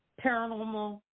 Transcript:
paranormal